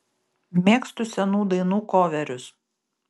mėgstu senų dainų koverius